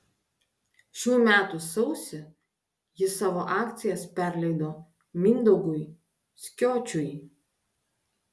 šių metų sausį ji savo akcijas perleido mindaugui skiočiui